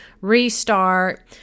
restart